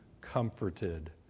comforted